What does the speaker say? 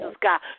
God